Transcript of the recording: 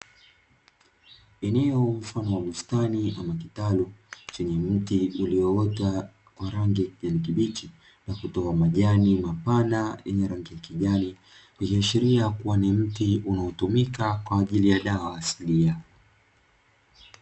Eneo mfano wa bustani ama kitalu chenye miti iliyoota kwa rangi ya kijani kibichi na kutoa majani mapana yenye rangi ya kijani, ikiashiria kuwa ni mti unaotumika kwa ajili ya dawa asilia.